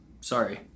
sorry